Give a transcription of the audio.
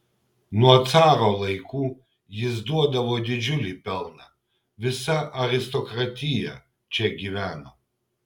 nuo caro laikų jis duodavo didžiulį pelną visa aristokratija čia gyveno